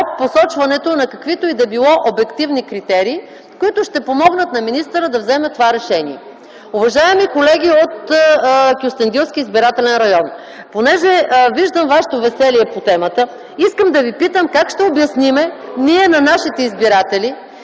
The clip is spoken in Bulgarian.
от посочването на каквито и да било обективни критерии, които ще помогнат на министъра да вземе това решение. Уважаеми колеги от Кюстендилски избирателен район, понеже виждам вашето веселие по темата, искам да ви питам как ще обясним ние на нашите избиратели